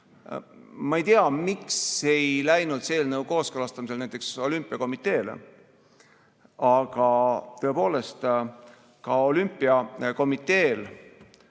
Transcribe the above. Ma ei tea, miks ei läinud see eelnõu kooskõlastamisele näiteks olümpiakomiteele, aga tõepoolest, ka olümpiakomiteel